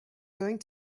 going